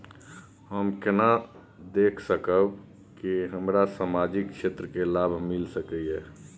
हम केना देख सकब के हमरा सामाजिक क्षेत्र के लाभ मिल सकैये?